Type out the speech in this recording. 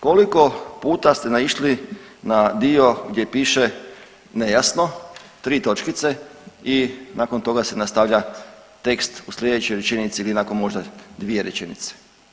Koliko puta ste naišli na dio gdje piše nejasno tri točkice i nakon toga se nastavlja tekst u slijedećoj rečenici ili nakon možda dvije rečenice.